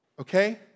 okay